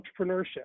entrepreneurship